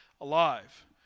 alive